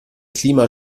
klima